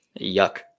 yuck